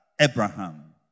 Abraham